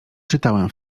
czytałem